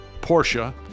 Porsche